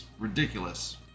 ridiculous